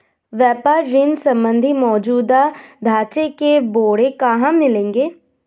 व्यापार ऋण संबंधी मौजूदा ढांचे के ब्यौरे कहाँ मिलेंगे?